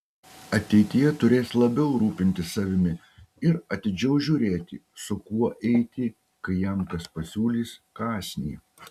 ateityje turės labiau rūpintis savimi ir atidžiau žiūrėti su kuo eiti kai jam kas pasiūlys kąsnį